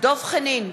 דב חנין,